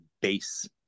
base